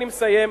אני מסיים,